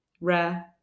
Rare